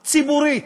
ציבורית,